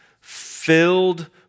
filled